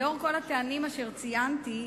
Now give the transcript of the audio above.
לנוכח כל הטעמים שציינתי,